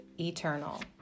eternal